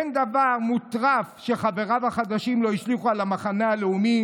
אין דבר מוטרף שחבריו החדשים לא השליכו על המחנה הלאומי